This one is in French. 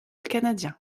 canadien